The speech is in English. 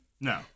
No